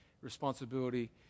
responsibility